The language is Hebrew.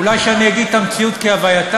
אולי כשאני אגיד את המציאות כהווייתה,